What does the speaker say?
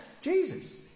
Jesus